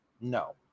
No